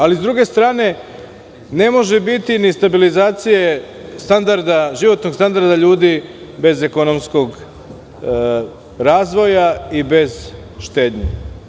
Ali, s druge strane ne može biti ni stabilizacije životnog standarda ljudi bez ekonomskog razvoja i bez štednje.